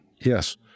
yes